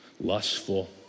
lustful